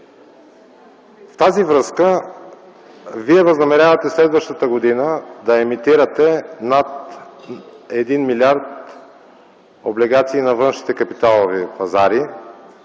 В тази връзка вие възнамерявате следващата година да емитирате над 1 милиард облигации на външните капиталови пазари.